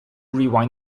rewind